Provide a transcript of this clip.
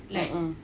mm mm